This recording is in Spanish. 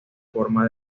forma